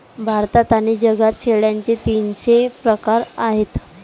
भारतात आणि जगात शेळ्यांचे तीनशे प्रकार आहेत